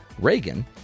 Reagan